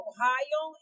Ohio